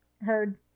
heard